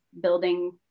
building